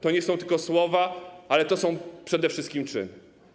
To nie są tylko słowa, to są przede wszystkim czyny.